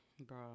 Bro